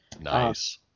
Nice